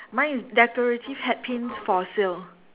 mine is decorative hat pins for sale